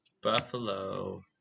Buffalo